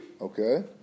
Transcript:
Okay